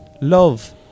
love